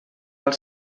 els